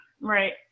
right